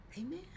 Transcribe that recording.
amen